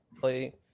play